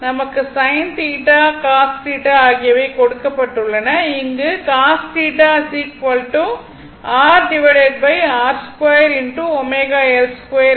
நமக்கு sin θ cos θ ஆகியவை கொடுக்கப்பட்டுள்ளன